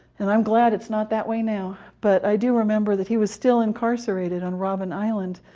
and i'm glad it's not that way now, but i do remember that he was still incarcerated on robben island.